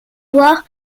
voir